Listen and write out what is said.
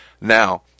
Now